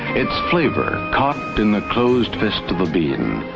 its flavour caught in the closed fist of a bean,